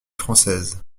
française